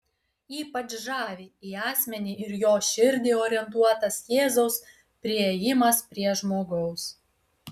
ypač žavi į asmenį ir jo širdį orientuotas jėzaus priėjimas prie žmogaus